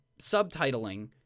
subtitling